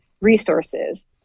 resources